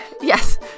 Yes